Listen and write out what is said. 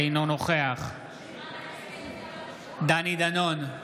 אינו נוכח דני דנון,